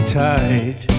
tight